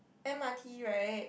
m_r_t right